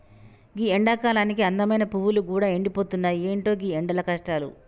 గీ ఎండకాలానికి అందమైన పువ్వులు గూడా ఎండిపోతున్నాయి, ఎంటో గీ ఎండల కష్టాలు